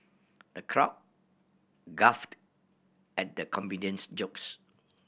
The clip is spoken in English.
the crowd guffawed at the comedian's jokes